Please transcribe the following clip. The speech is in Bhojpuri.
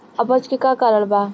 अपच के का कारण बा?